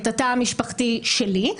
את התא המשפחתי שלי,